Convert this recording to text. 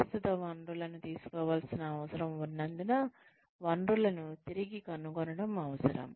ప్రస్తుత వనరులను తీసుకోవలసిన అవసరం ఉన్నందున వనరులను తిరిగి కనుగొనడం అవసరం